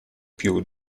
più